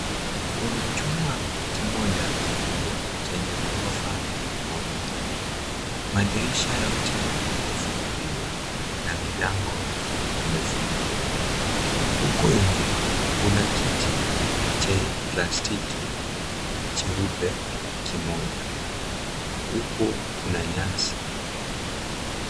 Kuna chumba kimoja kikubwa chenye ghorofa moja, madirisha yote yamefunguliwa na milango imefunguliwa, huko nje kuna kiti cha plastiki cheupe kimoja, huku kuna nyasi.